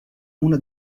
una